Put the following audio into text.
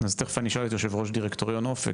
אז תיכף אני אשאל את יושב ראש דירקטוריון אופק,